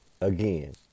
Again